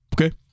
okay